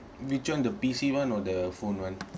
which one the P_C one or the phone one